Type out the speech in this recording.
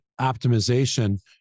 optimization